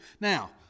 Now